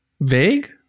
vague